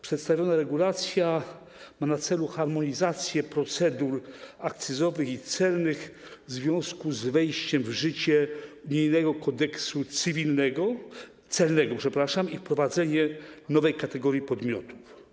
Przedstawiona regulacja ma na celu harmonizację procedur akcyzowych i celnych w związku z wejściem w życie unijnego kodeksu celnego i wprowadzenie nowej kategorii podmiotów.